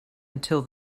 until